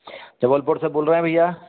जबलपुर से बोल रहे हैं भैया